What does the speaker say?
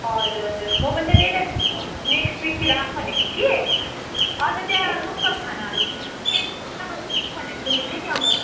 हजुर हजुर म पनि त त्यही त नेक्स्ट विकतिर आउँ भनेको कि अन्त त्यहाँ लोकल खानाहरू भनेर सुनेको थिएँ नि अङ्कल